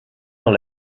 dans